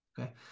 Okay